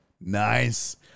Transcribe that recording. Nice